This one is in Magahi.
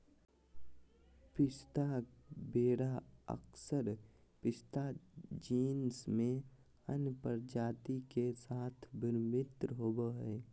पिस्ता वेरा अक्सर पिस्ता जीनस में अन्य प्रजाति के साथ भ्रमित होबो हइ